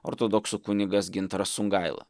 ortodoksų kunigas gintaras sungaila